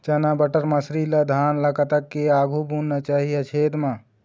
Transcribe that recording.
चना बटर मसरी ला धान ला कतक के आघु बुनना चाही या छेद मां?